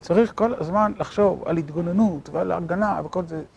צריך כל הזמן לחשוב על התגוננות ועל הגנה וכל זה.